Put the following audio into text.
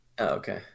Okay